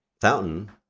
Fountain